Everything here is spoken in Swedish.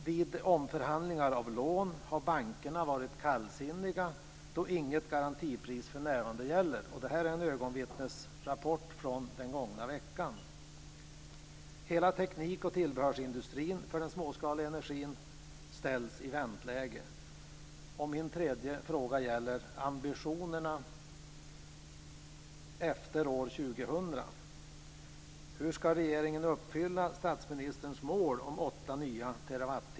Vid omförhandlingar av lån har bankerna varit kallsinniga, då inget garantipris för närvarande gäller - en ögonvittnesrapport från den gångna veckan. Hela teknik och tillbehörsindustrin för den småskaliga energin ställs i väntläge. Min tredje fråga gäller ambitionerna efter år 2000.